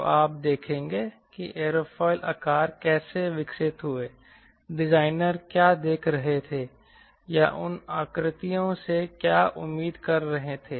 तो आप देखेंगे कि एयरोफिल आकार कैसे विकसित हुए हैं डिजाइनर क्या देख रहे थे या उन आकृतियों से क्या उम्मीद कर रहे थे